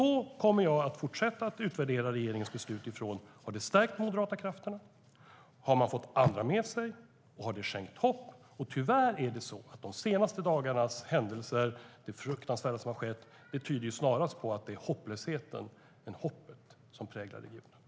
Då kommer jag att fortsätta utvärdera regeringens beslut utifrån om det har stärkt de moderata krafterna, om man har fått andra med sig och om det har skänkt hopp.